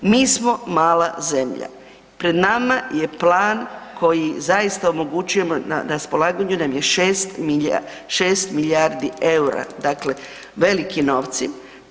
Mi smo mala zemlja, pred nama je plan koji zaista omogućujemo, na raspolaganju nam je 6 milijardi EUR-a, dakle veliki novci.